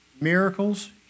miracles